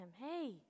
Hey